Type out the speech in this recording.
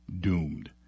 doomed